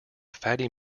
fatty